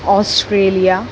Australia